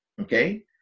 Okay